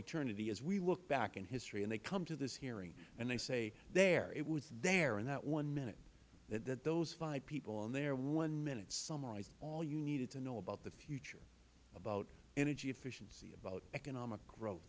eternity as we look back in history and they come to this hearing and they say there it was there in that one minute that those five people in their one minute summarized all you needed to know about the future about energy efficiency about economic growth